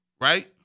right